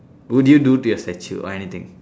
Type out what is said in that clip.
would you do to your statue or anything